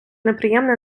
неприємне